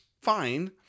fine